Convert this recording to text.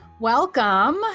Welcome